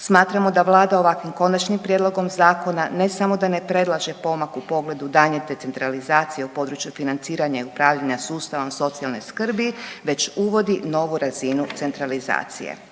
Smatramo da vlada ovakvim konačnim prijedlogom zakona ne samo da ne predlaže pomak u pogledu daljnje decentralizacije u području financiranja i upravljanja sustavom socijalne skrbi već uvodi novu razinu centralizacije.